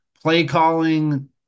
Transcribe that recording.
play-calling